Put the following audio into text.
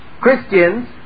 Christians